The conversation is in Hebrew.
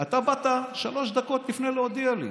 אתה באת שלוש דקות לפני להודיע לי.